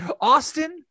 Austin